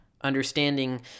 understanding